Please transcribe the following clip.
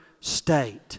state